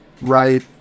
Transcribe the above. right